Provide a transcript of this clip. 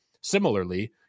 Similarly